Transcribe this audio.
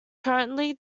currently